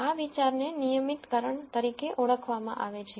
આ વિચારને રેગ્યુલરાઇઝશન તરીકે ઓળખવામાં આવે છે